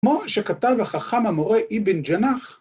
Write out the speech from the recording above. ‫כמו שכתב החכם המורה אבן ג'נאח.